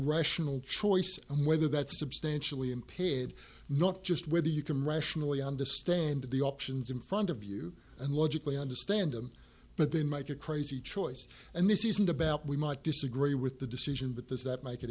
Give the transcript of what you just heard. rational choice and whether that's substantially unpaid not just whether you can rationally understand the options in front of you and logically understand them but they might get crazy choice and this isn't about we might disagree with the decision but those that make it